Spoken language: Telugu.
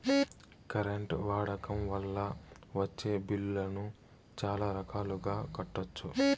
కరెంట్ వాడకం వల్ల వచ్చే బిల్లులను చాలా రకాలుగా కట్టొచ్చు